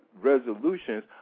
resolutions